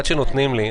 עד שנותנים לי,